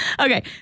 Okay